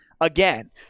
again